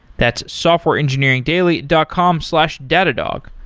that's softwareengineeringdaily dot com slash datadog.